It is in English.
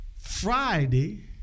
Friday